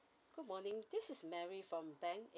good morning this is mary from bank